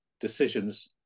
decisions